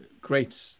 great